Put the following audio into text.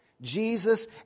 Jesus